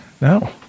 No